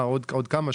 עוד כמה?